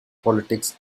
politics